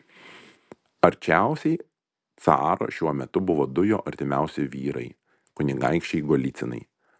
arčiausiai caro šiuo metu buvo du jo artimiausi vyrai kunigaikščiai golycinai